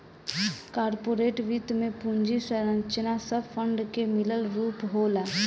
corporate वित्त में पूंजी संरचना सब फंड के मिलल रूप होला